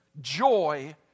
Joy